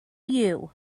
you